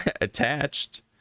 attached